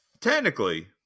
technically